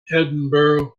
edinburgh